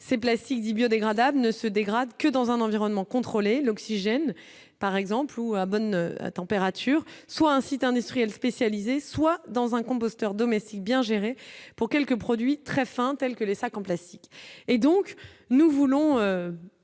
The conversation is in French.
ces plastiques dits biodégradables ne se dégradent que dans un environnement contrôlé l'oxygène par exemple ou à bonne température soit un site industriel spécialisé soit dans un composteur domestique bien gérée pour quelques produits très fins, telles que les sacs en plastique et donc nous voulons